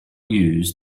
use